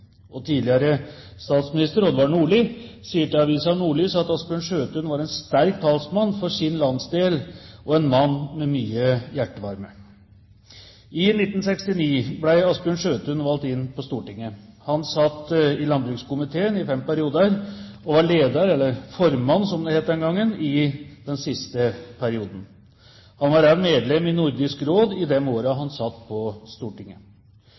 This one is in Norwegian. Og tidligere statsminister Odvar Nordli sier til avisen Nordlys at Asbjørn Sjøthun var «en sterk talsmann for sin landsdel» og «en mann med mye hjertevarme». I 1969 ble Asbjørn Sjøthun valgt inn på Stortinget. Han satt i landbrukskomiteen i fem perioder og var leder, eller formann som det het den gangen, i den siste perioden. Han var også medlem i Nordisk Råd i de årene han satt på Stortinget.